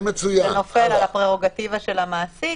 זה נופל על הפררוגטיבה של המעסיק,